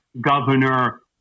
governor